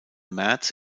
märz